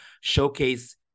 showcase